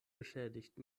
beschädigt